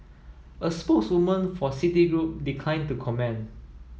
a spokeswoman for Citigroup decline to comment